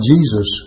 Jesus